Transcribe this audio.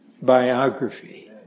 biography